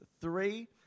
three